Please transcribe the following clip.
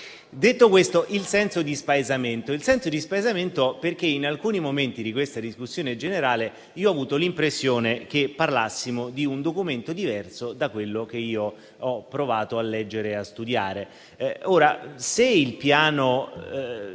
troviamo. Il senso di spaesamento è dovuto al fatto che in alcuni momenti di questa discussione ho avuto l'impressione che parlassimo di un documento diverso da quello che io ho provato a leggere e studiare.